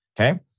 okay